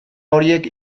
horiek